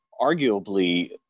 arguably